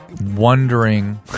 wondering